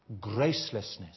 gracelessness